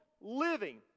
living